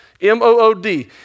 M-O-O-D